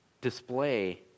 display